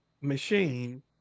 machine